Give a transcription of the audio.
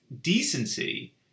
decency